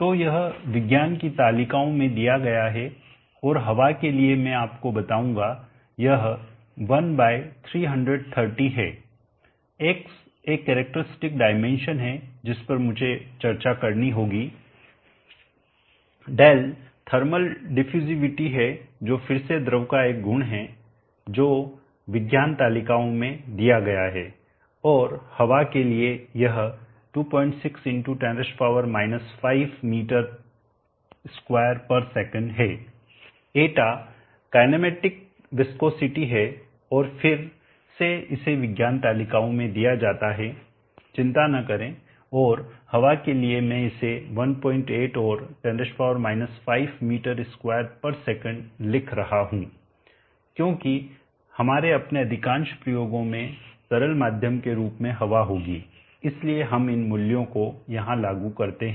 तो यह विज्ञान की तालिकाओं में दिया गया है और हवा के लिए मैं आपको बताऊंगा यह 1330 है X एक कैरेक्टरस्टिक डायमेंशन है जिस पर मुझे चर्चा करनी होगी δ थर्मल डिफ्यूसिविटी है जो फिर से द्रव का एक गुण है जो विज्ञान तालिकाओं में दिया गया है और हवा के लिए यह 26 X 10 5 m2s है η काईनैमेटिक विस्कोसिटी है और फिर से इसे विज्ञान तालिकाओं में दिया जाता है चिंता न करें और हवा के लिए मैं इसे 18 और 10 5m2s लिख रहा हूं क्योंकि हमारे अपने अधिकांश प्रयोगों में तरल माध्यम के रूप में हवा होगी इसलिए हम इन मूल्यों को यहां लागू करते हैं